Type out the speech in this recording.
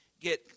get